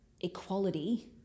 equality